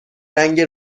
رنگ